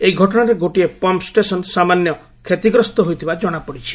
ଏହି ଘଟଣାରେ ଗୋଟିଏ ପମ୍ପ ଷ୍ଟେସନ୍ ସାମାନ୍ୟ କ୍ଷତିଗ୍ରସ୍ତ ହୋଇଥିବା ଜଣାପଡ଼ିଛି